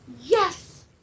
Yes